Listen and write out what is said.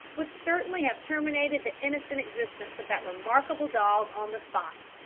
would certainly have terminated the innocent existence of that remarkable dog on the spot,